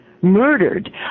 murdered